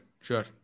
Sure